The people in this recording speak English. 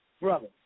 brother